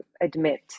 admit